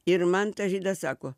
ir man tas žydas sako